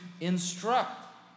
instruct